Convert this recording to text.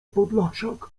podlasiak